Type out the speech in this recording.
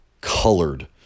colored